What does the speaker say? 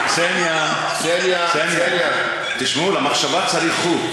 הרוסים, כולם נראים אותו דבר,